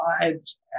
lives